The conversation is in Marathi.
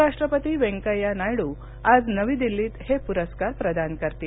उपराष्ट्रपती वेंकय्या नायड्र आज नवी दिल्लीत हे पुरस्कार प्रदान करतील